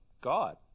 God